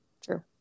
true